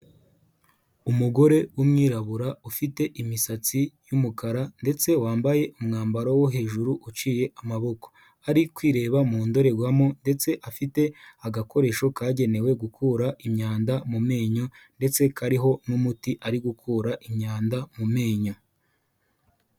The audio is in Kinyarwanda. Umugore w'umwirabura ufite imisatsi y'umukara ndetse wambaye umwambaro wo hejuru uciye amaboko, ari kwireba mu ndorerwamo ndetse afite agakoresho kagenewe gukura imyanda mu menyo, ndetse kariho n'umuti ari gukura imyanda mu menyo.